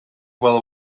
бала